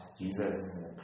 Jesus